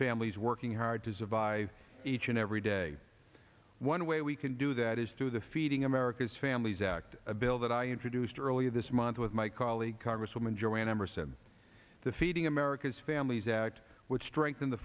families working hard to survive each and every day one way we can do that is through the feeding america's families act a bill that i introduced earlier this month with my colleague congresswoman joanne emerson the feeding america's families act which strengthen the